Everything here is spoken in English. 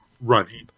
running